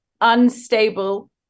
Unstable